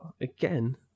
again